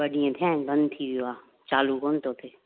ॿ ॾींहं थिया आहिनि बंदि थी वयो आहे चालू कोन थो थिए